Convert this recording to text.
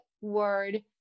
word